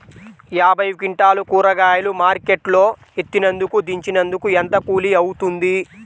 యాభై క్వింటాలు కూరగాయలు మార్కెట్ లో ఎత్తినందుకు, దించినందుకు ఏంత కూలి అవుతుంది?